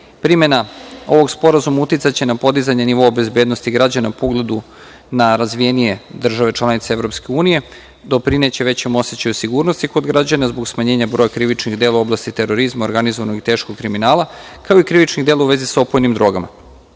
ovog sporazuma uticaće na podizanje nivoa bezbednosti građana po ugledu na razvijenije države članice EU, doprineće većem osećaju sigurnosti kod građana zbog smanjenja broja krivičnih dela u oblasti terorizma, organizovanog i teškog kriminala, kao i krivičnih dela u vezi sa opojnim drogama. Hoću